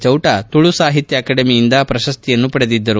ಚೌಟ ತುಳು ಸಾಹಿತ್ಯ ಅಕಾಡೆಮಿಯಿಂದ ಪ್ರಶಸ್ತಿಯನ್ನು ಪಡೆದಿದ್ದರು